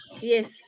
Yes